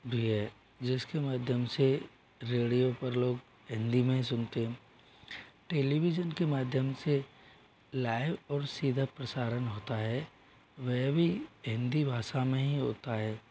भी है जिसके माध्यम से रेडियो पर लोग हिंदी में सुनते टेलीविजन के माध्यम से लाइव और सीधा प्रसारण होता है वह भी हिंदी भाषा में ही होता है